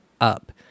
up